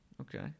Okay